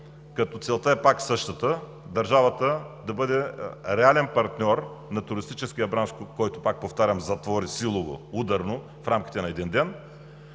Целта е пак същата – държавата да бъде реален партньор на туристическия бранш, който пак повтарям, затвори силово, ударно, в рамките на един ден,